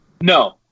No